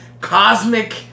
cosmic